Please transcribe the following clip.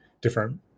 different